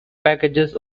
packages